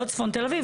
לא צפון תל אביב,